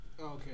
Okay